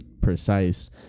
precise